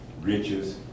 riches